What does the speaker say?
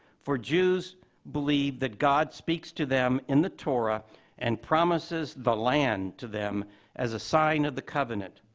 for jews believe that god speaks to them in the torah and promises the land to them as a sign of the covenant.